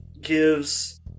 gives